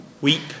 weep